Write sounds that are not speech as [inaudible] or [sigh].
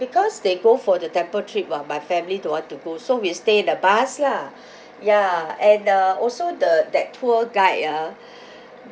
because they go for the temple trip while my family don't want to go so we stay in the bus lah [breath] ya and uh also the that tour guide ah [breath]